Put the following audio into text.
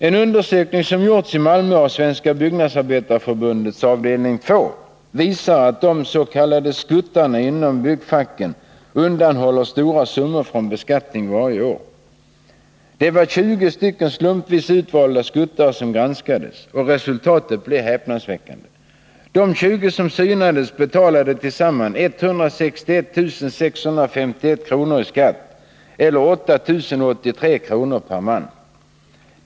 En undersökning som gjorts i Malmö av Svenska byggnadsarbetareförbundets avdelning 2 visar att de s.k. skuttarna inom byggfacken undanhåller stora summor från beskattning varje år. Det var 20 slumpvis utvalda skuttare som granskades, och resultatet blev häpnadsväckande. De 20 som synades betalade tillsammans 161 651 kr. i skatt eller 8 083 kr. per man.